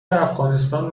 افغانستان